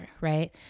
right